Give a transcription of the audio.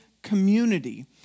community